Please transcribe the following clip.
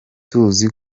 tuzi